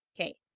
Okay